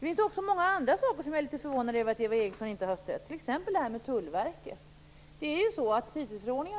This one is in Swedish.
Det finns många andra frågor där det förvånar mig att Eva Eriksson inte ger sitt stöd. Det gäller t.ex. Tullverket och CITES-förordningen.